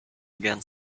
again